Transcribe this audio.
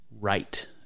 right